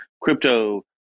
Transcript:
crypto